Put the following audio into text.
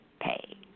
pay